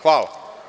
Hvala.